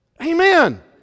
Amen